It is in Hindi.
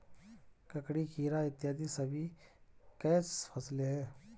ककड़ी, खीरा इत्यादि सभी कैच फसलें हैं